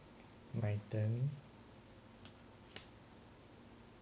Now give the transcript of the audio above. my turn